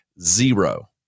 zero